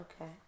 Okay